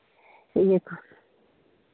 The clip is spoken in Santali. ᱱᱤᱭᱟᱹ ᱠᱚ